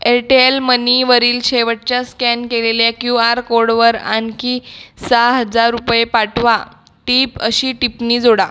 एर्टेयेल मनीवरील शेवटच्या स्कॅन केलेल्या क्यू आर कोडवर आणखी सहा हजार रुपये पाठवा टिप अशी टिप्पणी जोडा